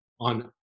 on